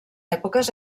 èpoques